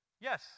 Yes